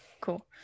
cool